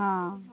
ହଁ